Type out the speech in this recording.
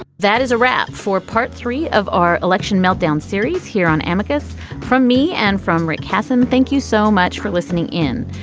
that is a wrap for part three of our election meltdown series here on amicus from me and from rick hasen, thank you so much for listening in.